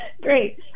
Great